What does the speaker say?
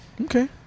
Okay